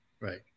right